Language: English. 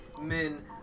men